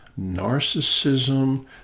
narcissism